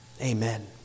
Amen